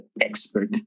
expert